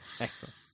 Excellent